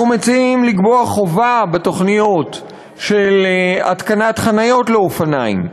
אנחנו מציעים לקבוע חובה בתוכניות של התקנת חניות לאופניים,